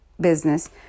business